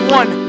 one